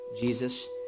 Jesus